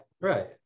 Right